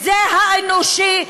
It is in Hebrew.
וזה האנושי,